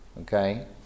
okay